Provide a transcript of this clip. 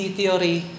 theory